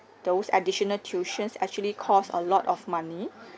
those additional tuitions actually cost a lot of money